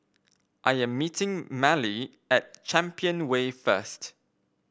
I am meeting Mallie at Champion Way first